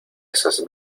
esas